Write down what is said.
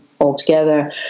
altogether